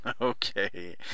Okay